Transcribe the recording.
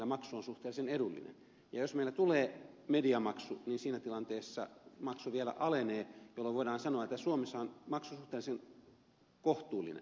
ja jos meillä tulee mediamaksu niin siinä tilanteessa maksu vielä alenee jolloin voidaan sanoa että suomessa maksu on suhteellisen kohtuullinen